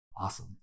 Awesome